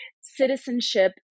citizenship